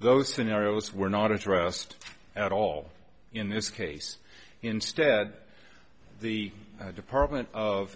those scenarios were not addressed at all in this case instead the department of